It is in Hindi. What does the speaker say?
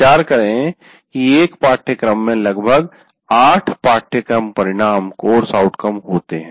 विचार करें कि एक पाठ्यक्रम में लगभग 8 'पाठ्यक्रम परिणाम' होते हैं